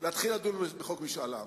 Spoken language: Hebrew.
להתחיל לדון בחוק משאל עם.